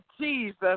Jesus